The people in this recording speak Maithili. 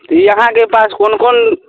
की अहाँके पास कोन कोन